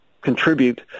contribute